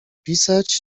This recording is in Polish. pisać